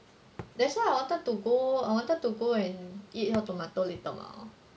that's why I wanted to go I wanted to go and eat hot tomato 你懂了 hor